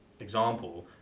example